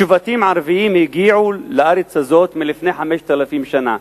שבטים ערבים הגיעו לארץ הזאת לפני 5,000 שנה,